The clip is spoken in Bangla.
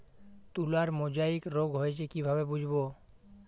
তুলার মোজাইক রোগ হয়েছে কিভাবে বুঝবো?